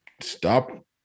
stop